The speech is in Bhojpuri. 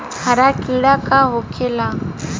हरा कीड़ा का होखे ला?